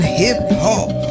hip-hop